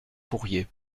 fourrier